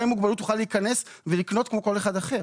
עם מוגבלות יוכל להיכנס ולקנות כמו כל אחד אחר.